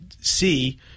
see